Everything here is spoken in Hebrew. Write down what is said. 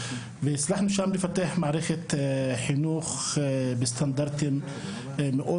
והצלחנו שם לפתח מערכת חינוך בסטנדרטים מאוד